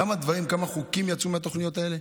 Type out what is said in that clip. כמה חוקים יצאו מהתוכניות האלה?